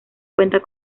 cuenta